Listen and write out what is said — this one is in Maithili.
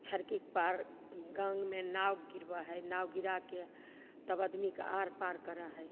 झड़कीके पार गाममे नाव गिरबै हइ नाव गिराके तब आदमीके आरपार करै हइ